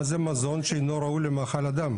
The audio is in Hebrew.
מה זה מזון שאינו ראוי למאכל אדם?